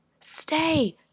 Stay